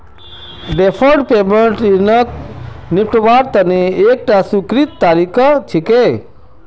deferred payment ऋणक निपटव्वार तने एकता स्वीकृत तरीका छिके